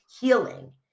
healing